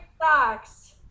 socks